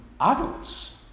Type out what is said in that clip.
adults